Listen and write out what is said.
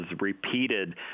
repeated